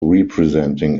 representing